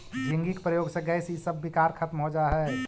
झींगी के प्रयोग से गैस इसब विकार खत्म हो जा हई